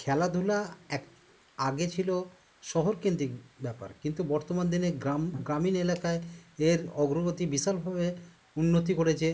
খেলাধুলা এক আগে ছিল শহরকেন্দ্রিক ব্যাপার কিন্তু বর্তমান দিনে গ্রাম গ্রামীণ এলাকায় এর অগ্রগতি বিশালভাবে উন্নতি করেছে